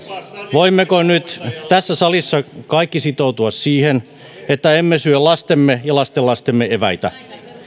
voimmeko nyt tässä salissa kaikki sitoutua siihen että emme syö lastemme ja lastenlastemme eväitä